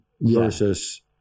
versus